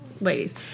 ladies